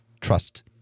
trust